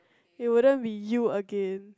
you wouldn't be you again